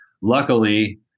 Luckily